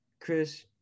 Chris